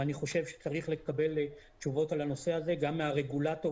ואני חושב שצריך לקבל תשובות על הנושא הזה גם מהרגולטור